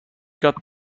got